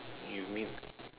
you mean